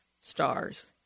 stars